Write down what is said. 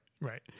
right